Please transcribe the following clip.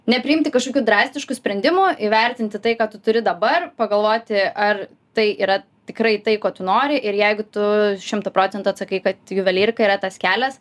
nepriimti kažkokių drastiškų sprendimų įvertinti tai ką tu turi dabar pagalvoti ar tai yra tikrai tai ko tu nori ir jeigu tu šimtu procentų atsakai kad juvelyrika yra tas kelias